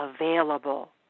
available